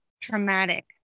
traumatic